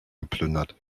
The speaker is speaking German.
geplündert